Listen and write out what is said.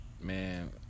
Man